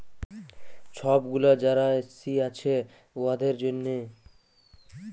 ছব গুলা যারা এস.সি আছে উয়াদের জ্যনহে